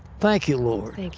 thank you, lord.